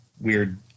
weird